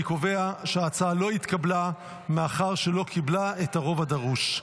אני קובע שההצעה לא התקבלה מאחר שלא קיבלה את הרוב הדרוש.